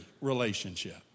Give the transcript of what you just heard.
relationship